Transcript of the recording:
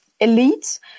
elites